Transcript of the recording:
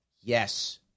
Yes